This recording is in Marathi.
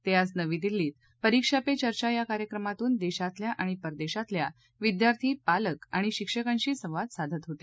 ते आज नवी दिल्लीत परिक्षा पे चर्चा या कार्यक्रमातून देशातल्या आणि परदेशातल्या विद्यार्थी पालक आणि शिक्षकांशी संवाद साधत होते